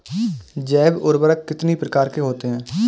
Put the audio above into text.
जैव उर्वरक कितनी प्रकार के होते हैं?